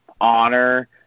honor